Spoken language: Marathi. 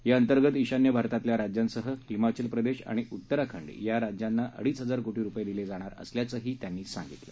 या अंतर्गत ईशान्य भारतातल्या राज्यांसह हिमाचल प्रदेश आणि उत्तराखंड या राज्यांना अडीच हजार कोटी रुपये दिले जाणार असल्याचंही त्यांनी सांगितलं